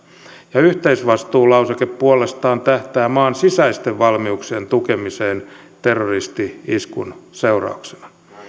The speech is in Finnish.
ja yhteisvastuulauseke puolestaan tähtää maan sisäisten valmiuksien tukemiseen terroristi iskun seurauksena